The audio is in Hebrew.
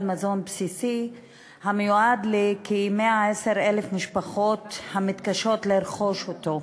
מזון בסיסי המיועד לכ-110,000 משפחות המתקשות לרכוש אותו.